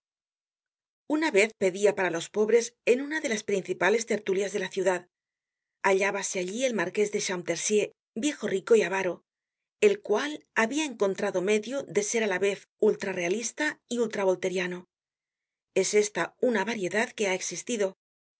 una vez pedia para los pobres en una de las principales tertulias de la ciudad hallábase allí el marqués de champtercier viejo rico y avaro el cual habia encontrado medio de ser á la vez ultra realista y ultra volteriano es esta una variedad que ha existido